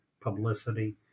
publicity